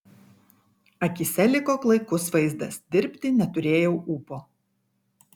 akyse liko klaikus vaizdas dirbti neturėjau ūpo